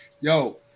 yo